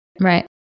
right